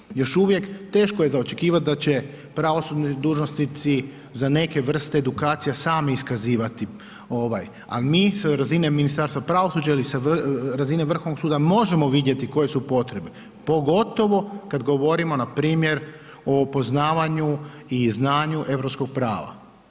Mislim da još uvijek teško je za očekivati da će pravosudni dužnosnici za neke vrste edukacija sami iskazivati ali mi sa razine Ministarstva pravosuđa ili sa razine Vrhovnog suda možemo vidjeti koje su potrebe pogotovo kad govorimo npr. o poznavanju i znanju europskog prava.